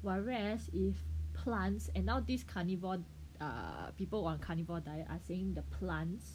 whereas if plants and now this carnivore err people on carnivore diet are saying the plants